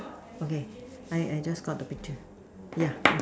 okay I I just got the picture yeah okay